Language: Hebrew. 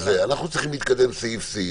צריכים להתקדם סעיף-סעיף.